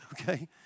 okay